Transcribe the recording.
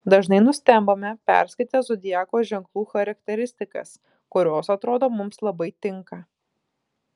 dažnai nustembame perskaitę zodiako ženklų charakteristikas kurios atrodo mums labai tinka